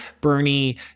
Bernie